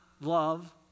love